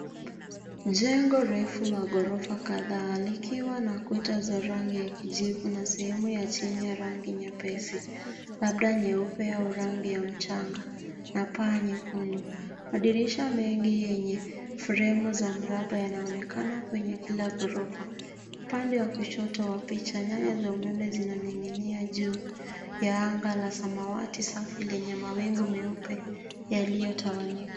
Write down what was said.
Jengo refu za ghorofa kadhaa likiwa na kuta za rangi ya kujivu na sehemu ya chini rangi nyepesi, labda nyeupe au rangi ya mchanga, na paa nyekundu. Madirisha mengi yenye fremu za mraba yanaonekana kwenye kila ghorofa. Upande wa kushoto wa picha nyaya za umeme zinaning'inia juu ya anga la samawati safi lenye mawingu meupe yaliyotawanyika.